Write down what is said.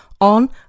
on